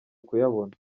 kuyabona